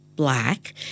black